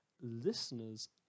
Listeners